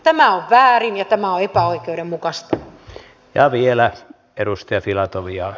tämä on väärin ja tämä on epäoikeudenmukaista